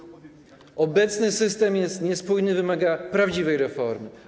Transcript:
Obecny system jest niespójny, wymaga prawdziwej reformy.